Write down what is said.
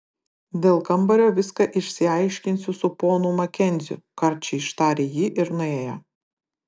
dėl kambario viską išsiaiškinsiu su ponu makenziu karčiai ištarė ji ir nuėjo